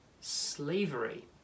slavery